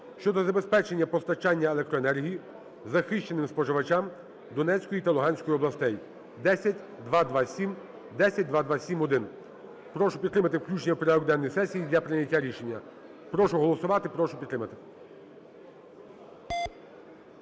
щодо забезпечення постачання електроенергії захищеним споживачам Донецької та Луганської областей (10227, 10227-1). Прошу підтримати включення в порядок денний сесії для прийняття рішення. Прошу голосувати, прошу підтримати.